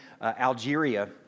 Algeria